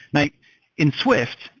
like in swift,